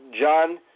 John